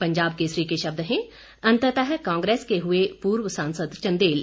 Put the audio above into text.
पंजाब केसरी के शब्द हैं अंततः कांग्रेस के हए पूर्व सांसद चंदेल